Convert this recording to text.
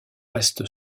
reste